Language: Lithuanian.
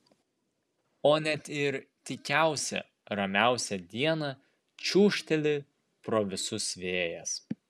o net ir tykiausią ramiausią dieną čiūžteli pro visus vėjas